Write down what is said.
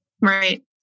right